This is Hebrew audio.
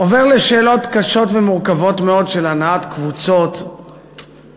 עובר לשאלות קשות ומורכבות מאוד של הנעת קבוצות ואזרחים.